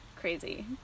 crazy